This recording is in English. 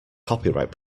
copyright